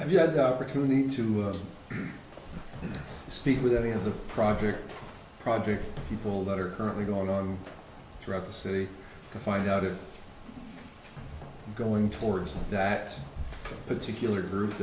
have you had the opportunity to speak with any of the private project people that are currently going on throughout the city to find out if going towards that particular group